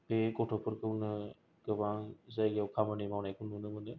बे गथ'फोरखौनो गोबां जायगायाव खामानि मावनायखौ नुनो मोनो